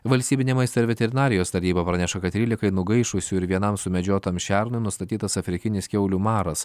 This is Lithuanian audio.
valstybinė maisto ir veterinarijos tarnyba praneša kad trylikai nugaišusių ir vienam sumedžiotam šernui nustatytas afrikinis kiaulių maras